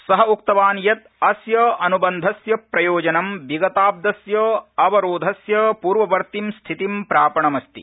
स उक्तवान् यत् अस्य अनुबन्धस्य प्रयोजनम् विगताब्दस्य अवरोधस्य पूर्ववर्तीस्थितिं प्रापणम् अस्ति